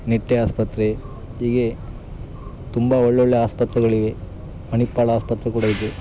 ನಿಟ್ಟೆ ಆಸ್ಪತ್ರೆ ಹೀಗೆ ತುಂಬ ಒಳ್ಳೊಳ್ಳೆ ಆಸ್ಪತ್ರೆಗಳಿವೆ ಮಣಿಪಾಲ ಆಸ್ಪತ್ರೆ ಕೂಡ ಇದೆ